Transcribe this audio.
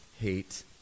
hate